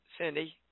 Cindy